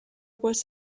was